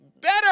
Better